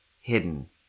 hidden